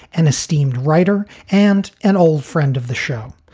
an esteemed writer and an old friend of the show.